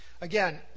again